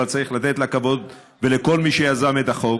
אבל צריך לתת לה כבוד ולכל מי שיזם את החוק.